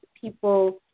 people